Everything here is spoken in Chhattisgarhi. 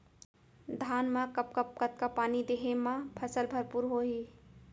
धान मा कब कब कतका पानी देहे मा फसल भरपूर होही?